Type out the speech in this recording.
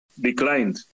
declined